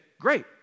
great